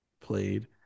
played